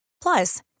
Plus